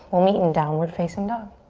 we'll meet in downward facing dog.